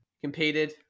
competed